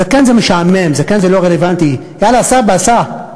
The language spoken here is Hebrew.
זקן זה משעמם, זקן זה לא רלוונטי, יאללה, סבא, סע.